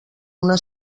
una